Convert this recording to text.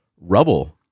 rubble